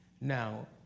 Now